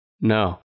No